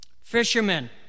Fishermen